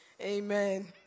Amen